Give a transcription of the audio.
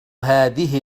هذه